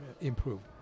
improved